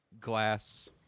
glass